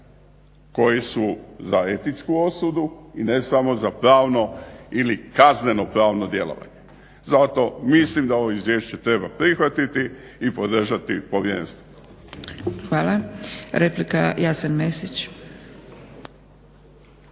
koji su za etičku osudu i ne samo za pravno ili kazneno-pravno djelovanje. Zato mislim da ovo izvješće treba prihvatiti i podržati povjerenstvo. **Zgrebec, Dragica